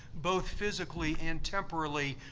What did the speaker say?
both physically and temporally,